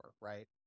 right